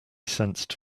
sensed